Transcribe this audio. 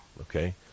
Okay